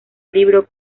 libro